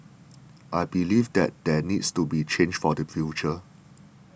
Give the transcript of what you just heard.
I believe that there needs to be change for the future